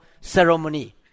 Ceremony